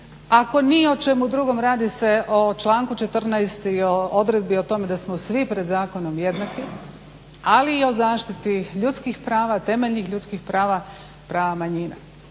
Ako ni o čemu drugom radi se o članku 14. i o odredbi o tome da smo svi pred zakonom jednaki ali i o zaštiti ljudskih prava, temeljnih ljudskih prava, prava manjina.